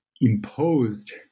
imposed